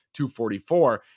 .244